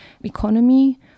Economy